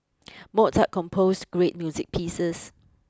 Mozart composed great music pieces